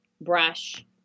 brush